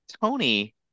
Tony